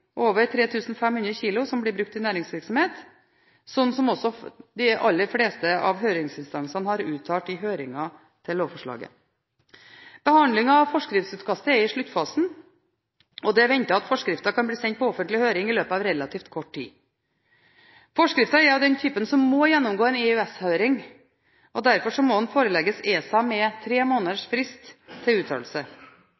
over 3 500 kg, som blir brukt i næringsvirksomhet, slik også de aller fleste av høringsinstansene har uttalt i høringen til lovforslaget. Behandlingen av forskriftsutkastet er i sluttfasen, og det er ventet at forskriften kan bli sendt på offentlig høring i løpet av relativt kort tid. Forskriften er av den typen som må gjennomgå en EØS-høring, og derfor må den forelegges ESA med tre måneders